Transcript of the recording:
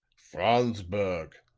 franz berg.